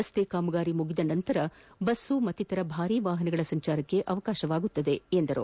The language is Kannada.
ರಸ್ತೆ ಕಾಮಗಾರಿ ಮುಗಿದ ನಂತರ ಬಸ್ ಮತ್ತಿತರ ಭಾರೀ ವಾಹನಗಳ ಸಂಚಾರಕ್ಕೆ ಅವಕಾಶವಾಗಲಿದೆ ಎಂದರು